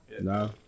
No